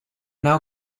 now